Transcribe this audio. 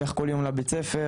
אלך כל יום לבית הספר.